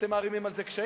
אתם מערימים על זה קשיים,